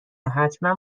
حتمن